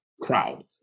crowd